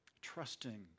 trusting